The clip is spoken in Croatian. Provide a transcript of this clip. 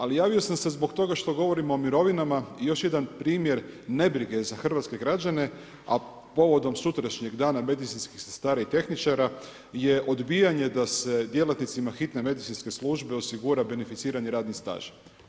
Ali javio sam se zbog toga što govorimo o mirovinama i još jedan primjer nebrige za hrvatske građane, a povodom sutrašnjeg dana medicinskih sestara i tehničara je odbijanje da se djelatnicima hitne medicinske službe osigura beneficirani radni staž.